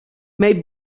may